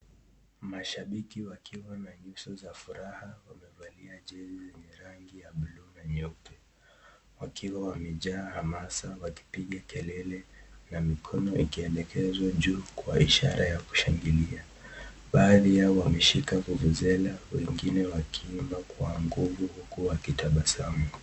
Mashabiki wakiwa na nyuso za furaha wamevalia jezi yenye rangi ya buluu na nyeupe, wakiwa wamejaa hamasa wakipiga kelele na mikono yao ikielekwa juu kwa ishara ya kushangilia. Baadhi yao wameshika vuvuzela wengine wakiimba kwa nguvu huku wakitabasamu.